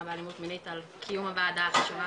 באלימות מינית על קיום הוועדה החשובה הזאת,